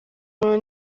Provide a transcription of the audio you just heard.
muntu